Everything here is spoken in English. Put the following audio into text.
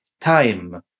time